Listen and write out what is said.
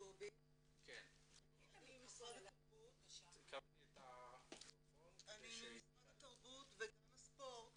אני ממשרד התרבות וגם הספורט,